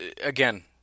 again